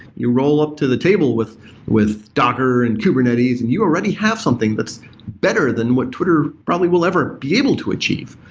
you roll up to the table with with docker and kubernetes and you already have something that's better than what twitter probably will ever be able to achieve.